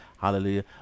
hallelujah